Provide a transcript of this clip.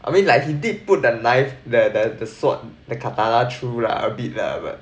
I mean like he did put that knife the the the sword the katana true lah a bit lah but